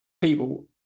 people